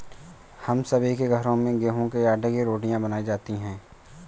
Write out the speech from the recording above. हम सभी के घरों में गेहूं के आटे की रोटियां बनाई जाती हैं